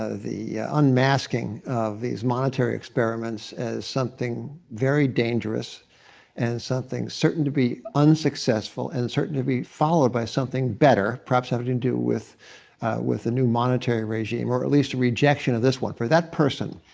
ah unmasking, of these monetary experiments as something very dangerous and something certain to be unsuccessful and certain to be followed by something better, perhaps having to do with with a new monetary regime, or at least a rejection of this one for that person,